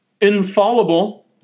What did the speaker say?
infallible